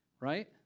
right